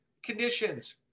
Conditions